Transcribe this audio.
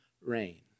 rain